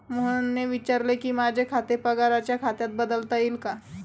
मोहनने विचारले की, माझे खाते पगाराच्या खात्यात बदलता येईल का